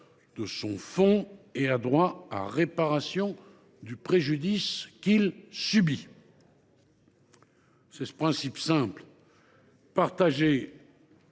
de son fonds et a droit à réparation du préjudice qu’il subit. C’est ce principe simple, partagé